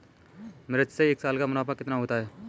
मिर्च से एक साल का मुनाफा कितना होता है?